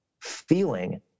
feeling